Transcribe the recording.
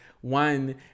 one